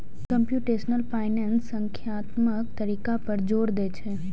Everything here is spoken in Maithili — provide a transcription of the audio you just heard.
कंप्यूटेशनल फाइनेंस संख्यात्मक तरीका पर जोर दै छै